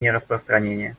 нераспространения